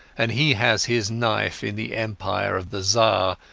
and he has his knife in the empire of the tsar,